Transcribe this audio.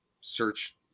search